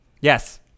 yes